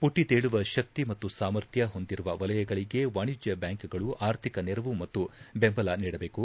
ಪುಟಿದೇಳುವ ಶಕ್ತಿ ಮತ್ತು ಸಾಮರ್ಥ್ಯ ಹೊಂದಿರುವ ವಲಯಗಳಿಗೆ ವಾಣಿಜ್ಯ ಬ್ಯಾಂಕ್ಗಳು ಆರ್ಥಿಕ ನೆರವು ಮತ್ತು ಬೆಂಬಲ ನೀಡಬೇಕು